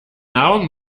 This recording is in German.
nahrung